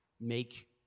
make